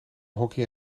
hockey